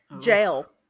Jail